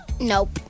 Nope